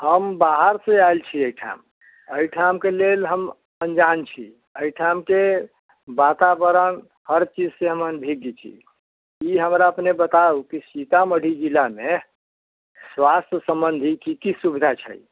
हम बाहरसँ आएल छिऐ एहिठाम एहिठामके लेल हम अन्जान छी एहिठामके वातावरण हर चीज से हम अनभिज्ञ छी ई हमरा अपने बताउ कि सीतामढ़ी जिलामे स्वास्थ सम्बन्धी की की सुविधा छै